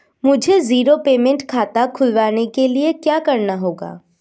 मुझे zero payment खाता खुलवाने के लिए क्या करना होगा?